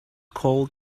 cold